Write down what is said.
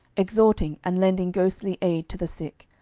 exhorting and lending ghostly aid to the sick,